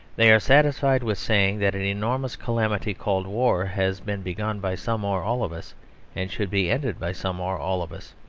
they are satisfied with saying that an enormous calamity, called war, has been begun by some or all of us and should be ended by some or all of us.